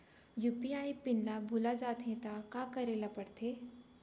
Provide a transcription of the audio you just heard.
UPI PIN ल भुला जाथे त का करे ल पढ़थे?